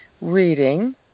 reading